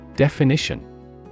Definition